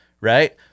right